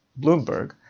Bloomberg